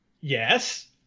Yes